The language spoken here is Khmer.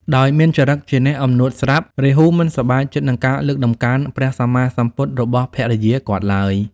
ដោយមានចរិតជាអ្នកអំនួតស្រាប់ រាហូមិនសប្បាយចិត្តនឹងការលើកតម្កើងព្រះសម្មាសម្ពុទ្ធរបស់ភរិយាគាត់ឡើយ។